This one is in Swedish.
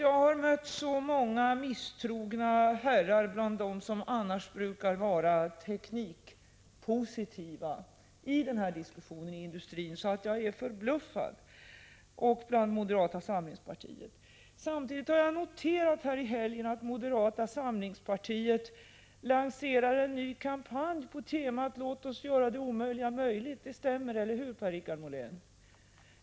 Jag har mött så många misstrogna herrar i den här diskussionen bland dem som annars brukar vara teknikpositiva i industrin och inom moderata samlingspartiet så jag är förbluffad. Samtidigt har jag i helgen noterat att moderata samlingspartiet lanserar en ny kampanj på temat Låt oss göra det omöjliga möjligt. Det stämmer eller hur, Per-Richard Molén?